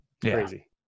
Crazy